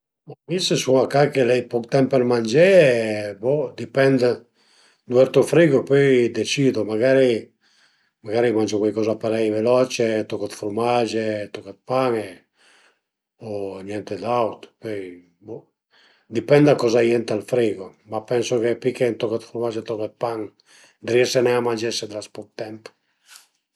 Ma mi se sun a ca che l'ai poch temp për mangé bo dipend düvertu l frigo e pöi decidu, magari magari mangiu cuaicoza parei veloce, ün toch dë furmach, ün toch dë pan o niente d'aut, pöi bo, a dipend da coza a ie ënt ël frigo, ma pensu che pi che ün toch dë furmac e ün toch d'pan riese nen a mangé se l'as pa d'temp